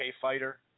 fighter